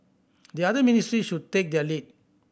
the other ministries should take their lead